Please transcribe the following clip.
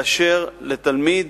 באשר לתלמיד,